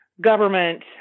government